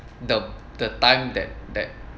the the time that that